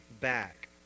back